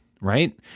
Right